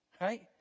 right